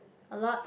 a lot